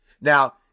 Now